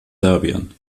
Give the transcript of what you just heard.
serbien